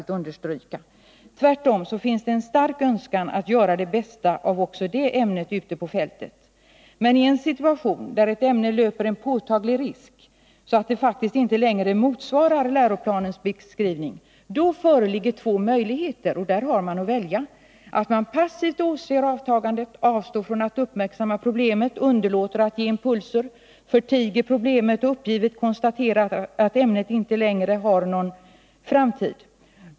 Tvärtom finns det en stark önskan att göra det bästa av också det ämnet ute på fältet. Meni en situation där ett ämne löper en påtaglig risk, så att det faktiskt inte längre motsvarar läroplanens beskrivning, föreligger två möjligheter. Det ena alternativet är att välja att passivt åse avtagandet, avstå från att uppmärksamma problemet, underlåta att ge impulser, förtiga problemet och uppgivet konstatera att ämnet inte längre har någon framtid.